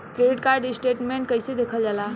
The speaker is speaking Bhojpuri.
क्रेडिट कार्ड स्टेटमेंट कइसे देखल जाला?